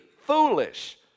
foolish